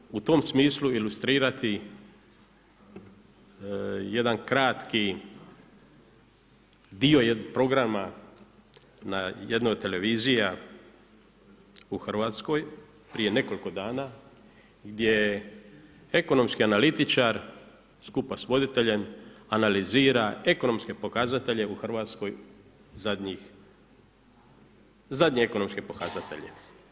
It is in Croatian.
Ja ću vam u tom smislu ilustrirati jedan kratki dio programa na jednoj od televizija u Hrvatskoj prije nekoliko dana gdje ekonomski analitičar skupa sa voditeljem analizira ekonomske pokazatelje u Hrvatskoj zadnjih, zadnje ekonomske pokazatelje.